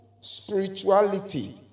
spirituality